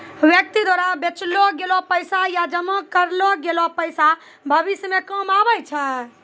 व्यक्ति द्वारा बचैलो गेलो पैसा या जमा करलो गेलो पैसा भविष्य मे काम आबै छै